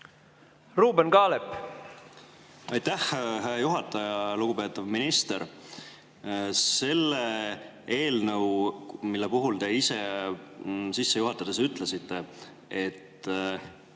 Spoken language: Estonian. Ruuben Kaalep. Aitäh, hea juhataja! Lugupeetav minister! Selle eelnõu puhul te ise sissejuhatuses ütlesite, et